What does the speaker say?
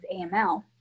AML